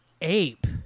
ape